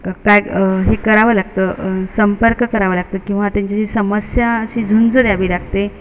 काय हे करावं लागतं संपर्क करावं लागतं किंवा त्यांची जी समस्यांशी झुंज द्यावी लागते